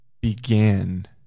began